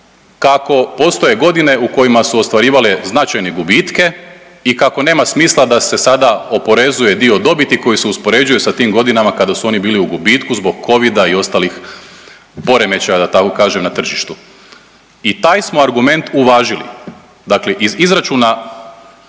kako postoje godine u kojima su ostvarivali značajne gubitke i kako nema smisla da se sada oporezuje dio dobiti koji su uspoređuje sa tim godinama kada su oni bili u gubitku zbog Covida i ostalih poremećaja, da tako kažem, na tržištu i taj smo argument uvažili. Dakle iz izračuna